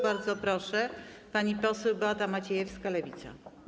Bardzo proszę, pani poseł Beata Maciejewska, Lewica.